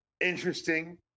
interesting